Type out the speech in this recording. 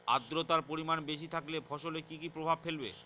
আদ্রর্তার পরিমান বেশি থাকলে ফসলে কি কি প্রভাব ফেলবে?